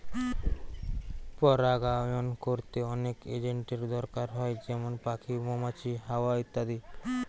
পরাগায়ন কোরতে অনেক এজেন্টের দোরকার হয় যেমন পাখি, মৌমাছি, হাওয়া ইত্যাদি